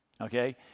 okay